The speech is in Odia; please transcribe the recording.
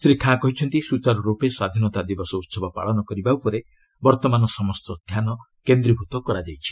ଶ୍ରୀ ଖାଁ କହିଛନ୍ତି ସୁଚାରୁରୂପେ ସ୍ୱାଧୀନତା ଦିବସ ଉହବ ପାଳନ କରିବା ଉପରେ ବର୍ତ୍ତମାନ ସମସ୍ତ ଧ୍ୟାନ କେନ୍ଦ୍ରୀଭୂତ କରାଯାଇଛି